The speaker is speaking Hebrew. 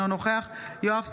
אינו נוכחת יואב סגלוביץ'